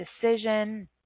decision